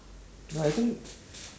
no I think